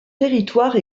territoire